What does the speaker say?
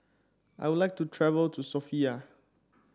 I would like to travel to Sofia